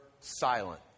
silent